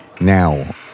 now